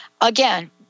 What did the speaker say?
Again